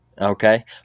okay